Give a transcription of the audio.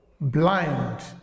blind